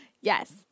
Yes